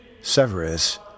Severus